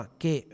che